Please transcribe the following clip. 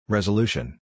Resolution